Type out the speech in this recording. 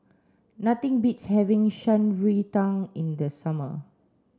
nothing beats having Shan Rui Tang in the summer